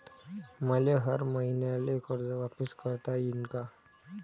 मले हर मईन्याले कर्ज वापिस करता येईन का?